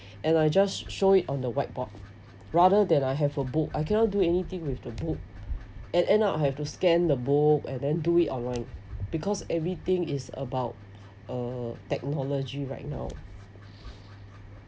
and I just show it on the whiteboard rather than I have a book I cannot do anything with the book and end up have to scan the book and then do it online because everything is about uh technology right now